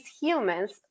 humans